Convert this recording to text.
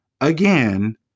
Again